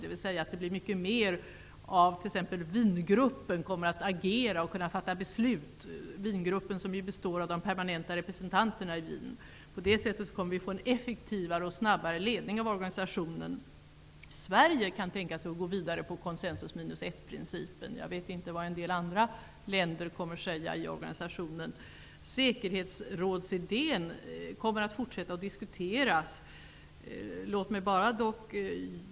Wiengruppen, som ju består av de permanenta representanterna i Wien, kommer att kunna agera och fatta beslut. På det sättet kommer vi att få en effektivare och snabbare ledning av organisationen. Vi i Sverige kan tänka oss att gå vidare på konsensus-minus-en-principen. Jag vet inte vad en del andra länder i organisationen kommer att säga. Säkerhetsrådsidén kommer att fortsätta att diskuteras.